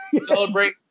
celebrate